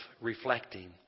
reflecting